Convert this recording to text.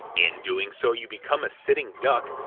in doing so you become a sitting duck,